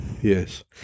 Yes